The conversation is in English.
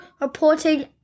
reporting